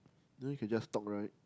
you know you can just talk right